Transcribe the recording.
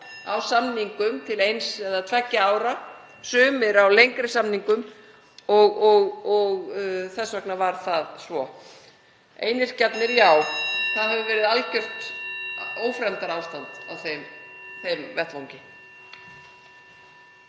á samningum til eins eða tveggja ára, sumir á lengri samningum. Þess vegna var það svo. Einyrkjarnir, (Forseti hringir.) já, það hefur verið algjört ófremdarástand á þeim vettvangi.